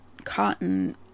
cotton